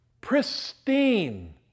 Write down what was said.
Pristine